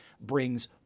brings